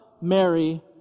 Mary